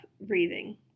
breathing